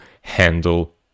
handle